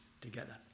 together